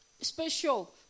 special